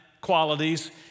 qualities